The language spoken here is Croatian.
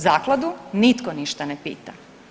Zakladu nitko ništa ne pita.